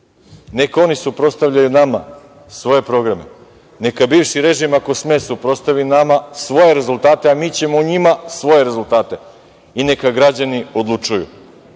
Neka oni suprotstavljaju nama svoje programe. Neka bivši režim, ako sme, suprotstavi nama svoje rezultate, a mi ćemo njima svoje rezultate. I neka građani odlučuju.